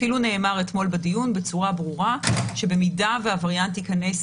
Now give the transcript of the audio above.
אפילו נאמר אתמול בדיון בצורה ברורה שבמידה והווריאנט ייכנס